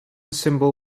symbol